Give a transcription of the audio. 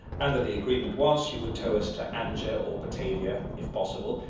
and that the agreement was she should tow us to anjer or batavia, if possible,